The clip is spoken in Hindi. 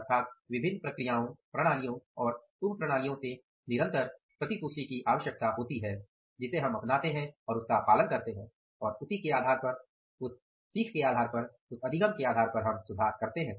अर्थात विभिन्न प्रक्रियाओं प्रणालियों और उप प्रणालियों से निरंतर प्रतिपुष्टि की आवश्यकता होती है जिसे हम अपनाते हैं और उसका पालन करते हैं और उसी के आधार पर उस सीख के आधार पर हम सुधार करते हैं